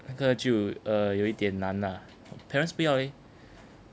那个就 err 有一点难啊我 parents 不要 leh